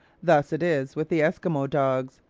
thus it is with the esquimaux dogs.